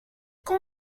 quand